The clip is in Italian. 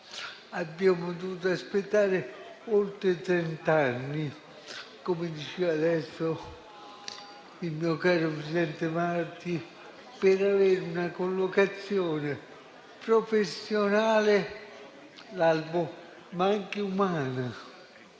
Abbiamo dovuto aspettare oltre trent'anni - come diceva poco fa il mio caro presidente Marti - per avere una collocazione professionale, nell'albo, ma anche umana,